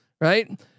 right